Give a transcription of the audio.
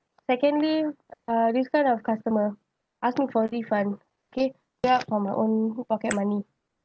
secondly uh these kind of customer ask me for refund okay pay out from my own pocket money